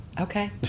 Okay